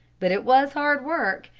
but it was hard work,